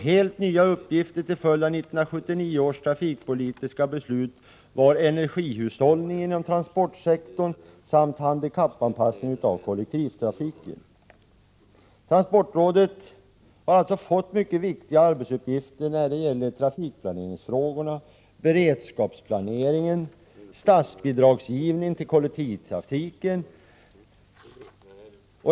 Helt nya uppgifter till följd av 1979 års trafikpolitiska beslut var en energihushållning inom transportsektorn och handikappanpassning av kollektivtrafiken. Transportrådet har alltså fått mycket viktiga arbetsuppgifter när det gäller trafikplaneringsfrågorna, beredskapsplaneringen och statsbidragsgivningen till kollektivtrafiken.